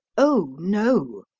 oh, no,